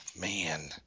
man